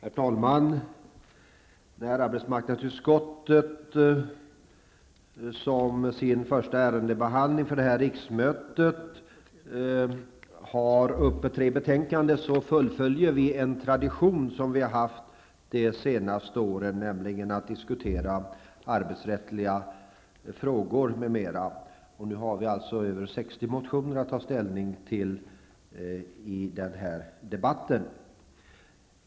Herr talman! När nu ärenden från arbetsmarknadsutskottet behandlas i kammaren för första gången under det här riksmötet och tre betänkanden föreligger, så fullföljer vi en tradition som vi har haft de senaste åren, nämligen att diskutera arbetsrättsliga frågor m.m. Vi har alltså 60 motioner att ta ställning till i den här debatten.